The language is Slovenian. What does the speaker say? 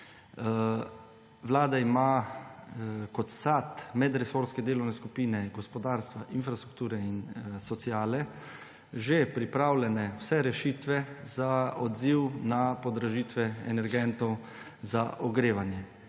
Vlada ima kot sad medresorske delovne skupine gospodarstva, infrastrukture in sociale že pripravljene vse rešitve za odziv na podražitve energentov za ogrevanje.